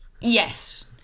Yes